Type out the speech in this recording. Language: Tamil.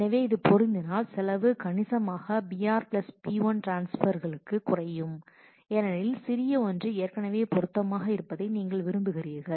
எனவே அது பொருந்தினால் செலவு கணிசமாக br b1 டிரான்ஸ்பர்களுக்கு குறையும் ஏனென்றால் சிறிய ஒன்று ஏற்கனவே பொருத்தமாக இருப்பதை நீங்கள் விரும்புகிறீர்கள்